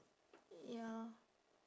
ya